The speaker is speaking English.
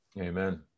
Amen